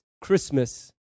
Christmas